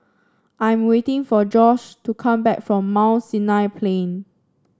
I'm waiting for Josh to come back from Mount Sinai Plain